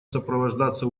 сопровождаться